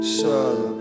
Silent